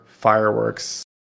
fireworks